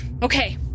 Okay